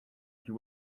you